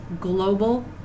global